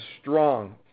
strong